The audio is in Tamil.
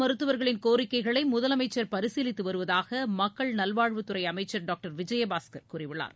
மருத்துவர்களின் முதலமைச்சர் பரிசீலித்து வருவதாக மக்கள் அரசு நல்வாழ்வுத்துறை அமைச்சர் டாக்டர் விஜயபாஸ்கர் கூறியுள்ளார்